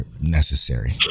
necessary